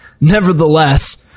Nevertheless